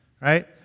right